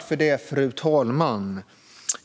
Fru talman!